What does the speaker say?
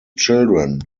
children